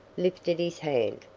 lifted his hand.